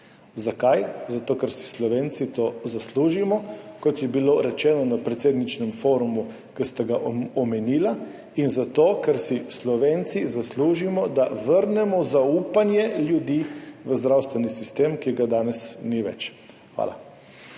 Zakaj? Zato, ker si Slovenci to zaslužimo, kot je bilo rečeno na predsedničinem forumu, ki ste ga omenili, in zato, ker si Slovenci zaslužimo, da vrnemo zaupanje ljudi v zdravstveni sistem, ki ga danes ni več. Hvala.